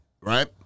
right